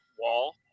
wall